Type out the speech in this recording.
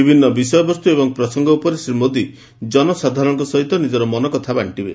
ବିଭିନ୍ନ ବିଷୟବସ୍ତୁ ଏବଂ ପ୍ରସଙ୍ଗ ଉପରେ ଶ୍ରୀ ମୋଦି ଜନସାଧାରଣଙ୍କ ସହିତ ନିଜର ମନକଥା ବାଣ୍ଟିବେ